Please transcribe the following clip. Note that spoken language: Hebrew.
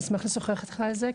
נשמח לשוחח איתך על זה,